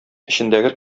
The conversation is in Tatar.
эчендәге